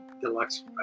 deluxe